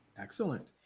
Excellent